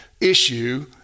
issue